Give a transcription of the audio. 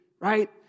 Right